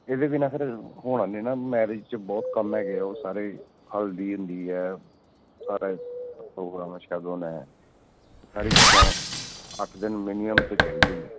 ਇਹਦੇ ਬਿਨਾ ਫਿਰ ਹੋਣਾ ਨਹੀਂ ਨਾ ਮੈਰਿਜ 'ਚ ਬਹੁਤ ਕੰਮ ਹੈਗਾ ਆ ਉਹ ਸਾਰੇ ਹਲਦੀ ਹੁੰਦੀ ਹੈ ਸਾਰਾ ਪ੍ਰੋਗਰਾਮ ਹੈ ਸ਼ਗਨ ਹੈ ਸਾਰੀਆਂ ਚੀਜ਼ਾਂ ਉਹ ਅੱਠ ਦਿਨ ਮਿਨੀਮਮ ਤਾਂ ਚਾਹੀਦੇ ਹੀ ਹੈ